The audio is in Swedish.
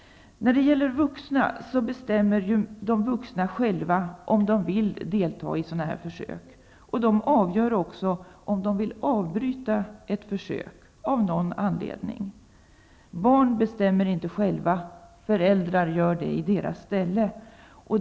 Vuxna bestämmer själva om de vill delta i sådana här försök. De avgör också om de av någon anledning vill avbryta ett försök. Barn bestämmer inte själva, utan föräldrarna gör det i deras ställe.